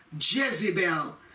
Jezebel